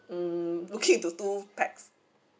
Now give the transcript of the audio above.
mm looking to two pax